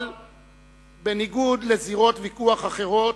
אבל בניגוד לזירות ויכוח אחרות,